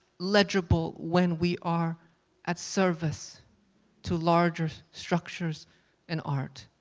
legible when we are at service to larger structures and art,